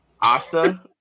Asta